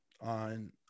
on